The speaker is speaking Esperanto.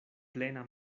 plena